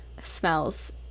smells